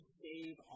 save